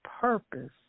purpose